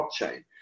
blockchain